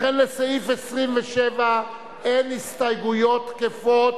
לכן, לסעיף 27 אין הסתייגויות תקפות.